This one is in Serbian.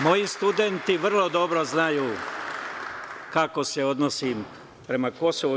Moji studenti vrlo dobro znaju kako se odnosim prema KiM.